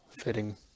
fitting